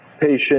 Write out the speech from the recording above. patient